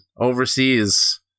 overseas